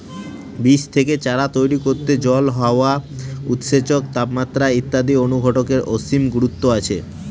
বীজ থেকে চারা তৈরি করতে জল, হাওয়া, উৎসেচক, তাপমাত্রা ইত্যাদি অনুঘটকের অসীম গুরুত্ব আছে